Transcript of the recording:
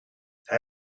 hij